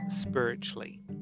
spiritually